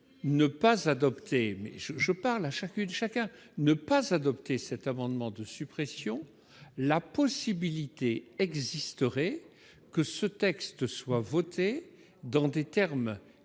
ne pas adopter mais je je parle à chacune, chacun ne pas adopter cet amendement de suppression la possibilité existerait que ce texte soit voté dans des termes